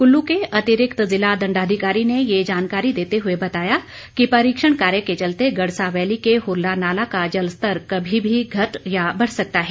कुल्लू के अतिरिक्त ज़िला दंडाधिकारी ने ये जानकारी देते हुए बताया कि परीक्षण कार्य के चलते गड़सा वैली के हुरला नाला का जलस्तर कभी भी घट या बढ़ सकता है